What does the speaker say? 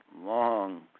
long